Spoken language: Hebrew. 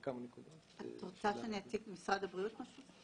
את רוצה שאני אציג ממשרד הבריאות?